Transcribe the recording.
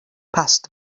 passed